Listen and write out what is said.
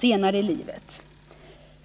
senare i livet.